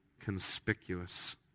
conspicuous